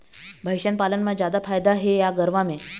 भंइस पालन म जादा फायदा हे या गरवा में?